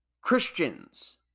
Christians